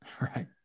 Right